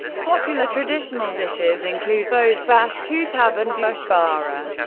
popular traditional dishes include bozbash, qutab and dushbara.